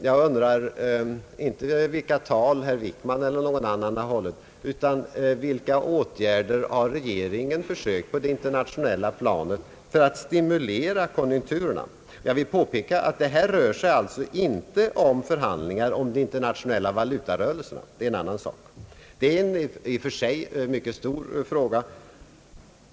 Jag frågar inte om vilka tal herr Wickman eller någon annan hållit, utan vilka åtgärder regeringen har försökt vidta på det internationella planet för att stimulera konjunkturerna. Jag vill påpeka att det här inte gäller förhandlingar om de internationella valutarörelserna. Det är en annan, i och för sig mycket stor fråga.